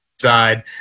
side